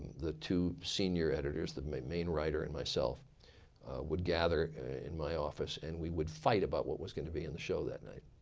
the two senior editors, the main main writer and myself would gather in my office. and we would fight about what was going to be in the show that night.